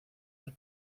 los